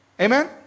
Amen